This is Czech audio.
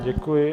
Děkuji.